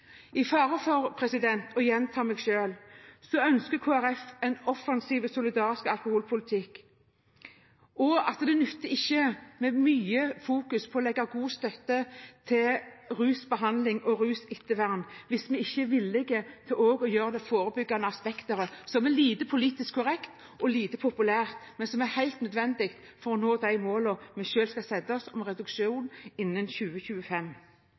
I fare for å gjenta meg selv: Kristelig Folkeparti ønsker en offensiv, solidarisk alkoholpolitikk. Det nytter ikke med mye fokusering på god støtte til rusbehandling og rusettervern, hvis vi ikke er villig til å gjøre det forebyggende aspektet, som er lite politisk korrekt, og lite populært, men som er helt nødvendig for å nå de målene vi skal sette oss, nemlig reduksjon innen 2025.